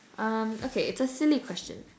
um okay it's a silly question